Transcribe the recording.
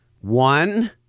One